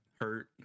hurt